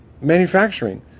manufacturing